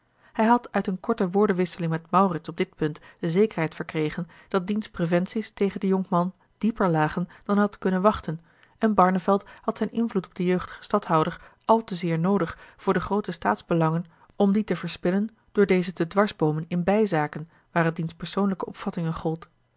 hij had uit eene korte woordenwisseling met maurits op dit punt de zekerheid verkregen dat diens preventies tegen den jonkman dieper lagen dan hij had kunnen wachten en barneveld had zijn invloed op den jeugdigen stadhouder al te zeer noodig voor de groote staatsbelangen om die te verspillen door dezen te dwarsboomen in bijzaken waar het diens persoonlijke opvattingen gold